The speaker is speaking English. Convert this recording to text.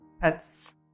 pets